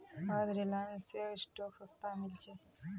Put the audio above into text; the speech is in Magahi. आज रिलायंसेर स्टॉक सस्तात मिल छ